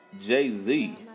Jay-Z